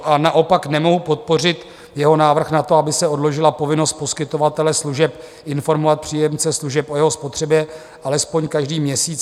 Ale naopak nemohu podpořit jeho návrh na to, aby se odložila povinnost poskytovatele služeb informovat příjemce služeb o jeho spotřebě alespoň každý měsíc.